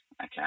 okay